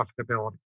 profitability